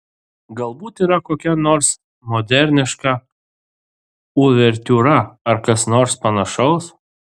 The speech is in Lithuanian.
galbūt yra kokia nors moderniška uvertiūra ar kas nors panašaus